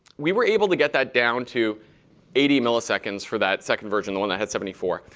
we were able to get that down to eighty milliseconds for that second version, the one that had seventy four,